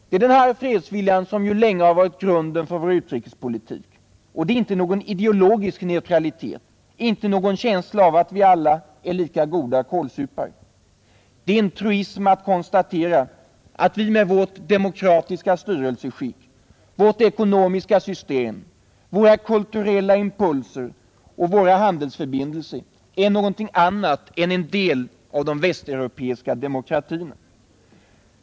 Det är denna vår fredsvilja som länge har varit och är grunden för vår utrikespolitik, och det är inte någon ideologisk neutralitet, inte någon känsla av att alla är lika goda kålsupare, Det är en truism att konstatera, att vi med vårt demokratiska styrelseskick, vårt ekonomiska system, våra kulturella impulser och våra handelsförbindelser är en del av de västeuropeiska demokratierna.